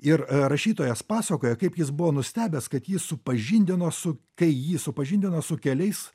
ir rašytojas pasakoja kaip jis buvo nustebęs kad jį supažindino su kai jį supažindino su keliais